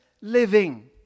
living